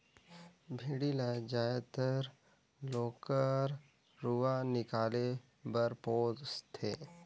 भेड़ी ल जायदतर ओकर रूआ निकाले बर पोस थें